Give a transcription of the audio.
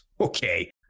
okay